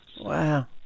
Wow